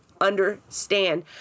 understand